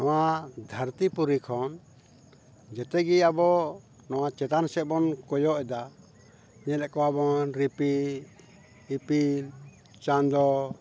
ᱱᱚᱣᱟ ᱫᱷᱟᱹᱨᱛᱤ ᱯᱩᱨᱤ ᱠᱷᱚᱱ ᱡᱚᱛᱚᱜᱮ ᱟᱵᱚ ᱱᱚᱣᱟ ᱪᱮᱛᱟᱱ ᱥᱮᱫ ᱵᱚᱱ ᱠᱚᱭᱚᱜ ᱮᱫᱟ ᱧᱮᱞᱮᱫ ᱠᱚᱣᱟ ᱵᱚᱱ ᱨᱤᱯᱤ ᱤᱯᱤᱞ ᱪᱟᱸᱫᱚ